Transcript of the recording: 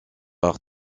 par